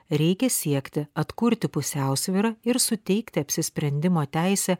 reikia siekti atkurti pusiausvyrą ir suteikti apsisprendimo teisę